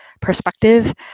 perspective